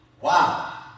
Wow